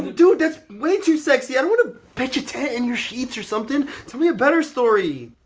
dude! that's way too sexy! i don't want to pitch a tent in your sheets or something. tell me a better story.